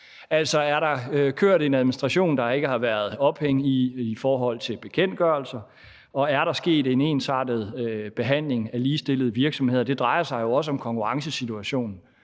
Altså, er der kørt en administration, der ikke har haft ophæng i bekendtgørelser, og er der sket en ensartet behandling af ligestillede virksomheder? Det drejer sig jo også om en konkurrencesituation,